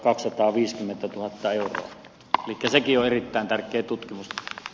elikkä sekin on erittäin tärkeä tutkimus